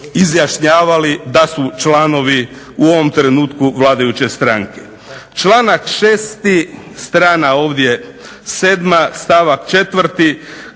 izjašnjavali da su članovi u ovom trenutku vladajuće stranke. Članak 6. str. 7. stavak 4.